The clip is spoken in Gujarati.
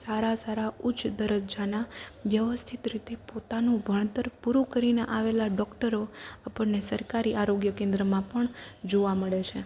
સારા સારા ઉચ્ચ દરજ્જાના વ્યવસ્થીત રીતે પોતાનું ભણતર પૂરું કરીને આવેલાં ડોકટરો આપણને સરકારી આરોગ્ય કેન્દ્રમાં પણ જોવા મળે છે